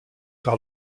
par